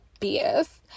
bs